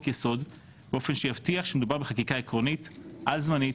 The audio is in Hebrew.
יסוד באופן שיבטיח שמדובר בחקיקה עקרונית על-זמנית,